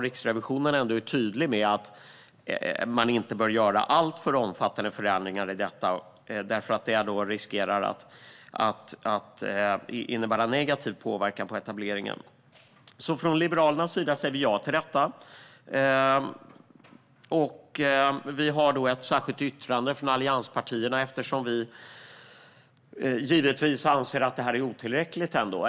Riksrevisionen är samtidigt tydlig med att man inte bör göra alltför omfattande förändringar, då det riskerar att innebära negativ påverkan på etableringen. Liberalerna säger alltså ja till detta. Vi har tillsammans med övriga allianspartier ändå ett särskilt yttrande, eftersom vi anser att det här är otillräckligt.